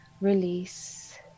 release